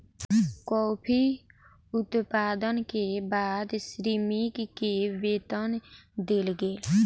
coffee उत्पादन के बाद श्रमिक के वेतन देल गेल